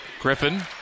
Griffin